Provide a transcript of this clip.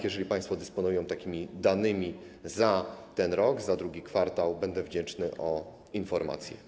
Jeżeli państwo dysponują takimi danymi za ten rok, za II kwartał, będę wdzięczny za informacje.